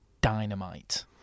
dynamite